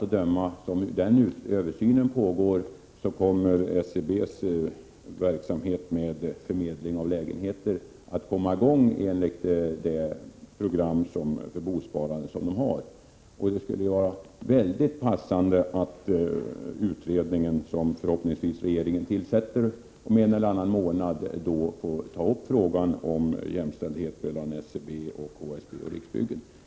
Under den tid som översynen pågår kommer av allt att döma SBC:s verksamhet med förmedling av lägenheter att komma i gång, enligt det program för bosparande som organisationen har. Det skulle vara passande att utredningen, som regeringen förhoppningsvis tillsätter om en eller annan månad, får ta upp frågan om jämställdhet mellan SBC å ena sidan och HSB och Riksbyggen å andra sidan.